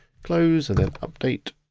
close and then update.